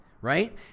right